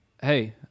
hey